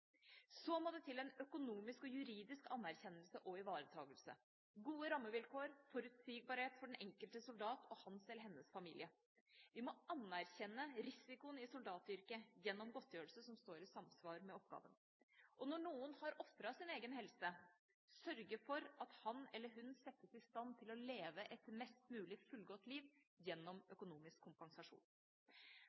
Så må det til en økonomisk og juridisk anerkjennelse og ivaretakelse, gode rammevilkår og forutsigbarhet for den enkelte soldat og hans eller hennes familie. Vi må anerkjenne risikoen i soldatyrket gjennom godtgjørelser som står i samsvar med oppgaven, og, når noen har ofret sin egen helse, sørge for at han eller hun settes i stand til å leve et mest mulig fullgodt liv gjennom økonomisk kompensasjon.